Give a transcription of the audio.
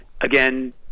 Again